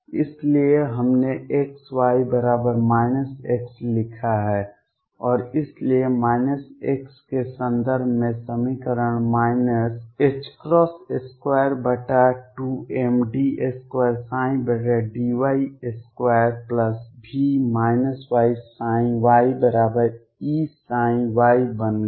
इसलिए हमने xy बराबर x लिखा है और इसलिए x के संदर्भ में समीकरण माइनस 22md2dy2V yyEψy बन गया